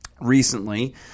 recently